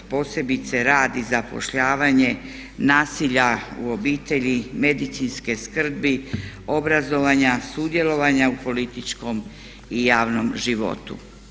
Posebice rad i zapošljavanje nasilja u obitelji, medicinske skrbi, obrazovanja, sudjelovanja u političkom i javnom životu.